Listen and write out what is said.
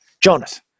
Jonas